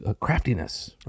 craftiness